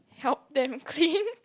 help them clean